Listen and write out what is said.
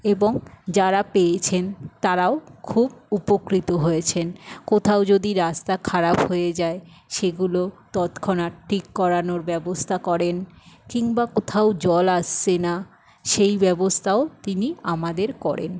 এবং যারা পেয়েছেন তারাও খুব উপকৃত হয়েছেন কোথাও যদি রাস্তা খারাপ হয়ে যায় সেগুলো তৎক্ষণাত ঠিক করানোর ব্যবস্থা করেন কিংবা কোথাও জল আসছে না সেই ব্যবস্থাও তিনি আমাদের করেন